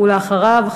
ואחריו,